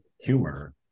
humor